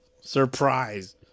Surprise